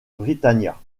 britannia